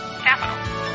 Capital